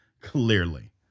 Clearly